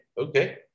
okay